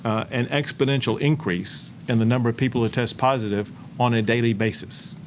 an exponential increase in the number of people who test positive on a daily basis.